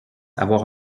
avoir